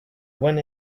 one